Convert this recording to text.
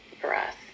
breath